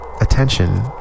attention